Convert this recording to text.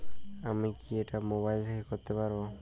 আমি কি এটা মোবাইল থেকে করতে পারবো?